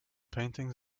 paintings